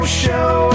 show